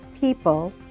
people